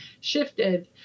shifted